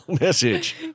message